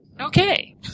Okay